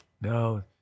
no